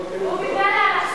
הוא היה שר אוצר טוב.